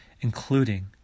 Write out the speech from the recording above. including